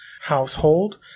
household